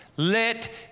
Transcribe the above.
Let